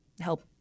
help